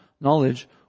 knowledge